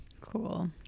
cool